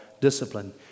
discipline